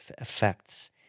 effects